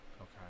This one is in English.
Okay